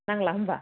नांला होमबा